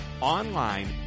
online